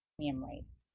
premium rates.